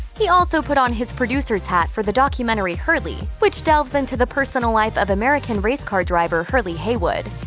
he also put on his producer's hat for the documentary hurley, which delves into the personal life of american race car driver hurley haywood.